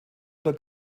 oder